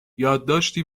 یادداشتی